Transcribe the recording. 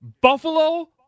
Buffalo